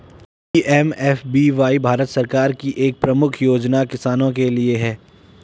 PMFBY Bharat सरकार की एक प्रमुख योजना किसानों के लिए है